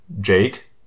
Jake